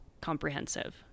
comprehensive